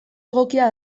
egokia